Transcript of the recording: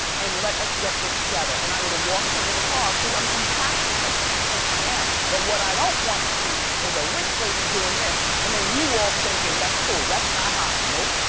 and let us get this together. and i would have walked her to the car cause i'm compassionate, that's kind of person i am. but what i don't want to see, is a rich lady doing this. and then you all thinking, that's cool. that's not hot, nope,